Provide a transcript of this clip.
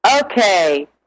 Okay